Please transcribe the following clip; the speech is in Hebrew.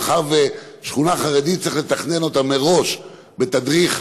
מאחר ששכונה חרדית צריך לתכנן מראש בתדריך,